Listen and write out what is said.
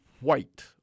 White